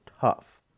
tough